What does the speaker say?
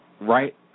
right